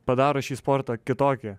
padaro šį sportą kitokį